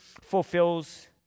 fulfills